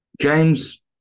James